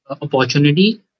opportunity